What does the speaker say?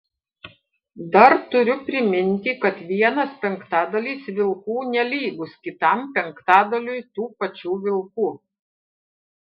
dar turiu priminti kad vienas penktadalis vilkų nelygus kitam penktadaliui tų pačių vilkų